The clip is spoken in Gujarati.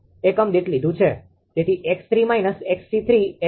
તેથી 𝑥3 − 𝑥𝑐3 એ 0